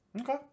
Okay